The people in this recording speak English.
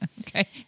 Okay